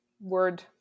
word